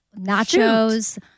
nachos